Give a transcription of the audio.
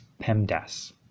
PEMDAS